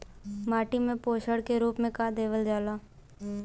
माटी में पोषण के रूप में का देवल जाला?